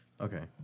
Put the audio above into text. Okay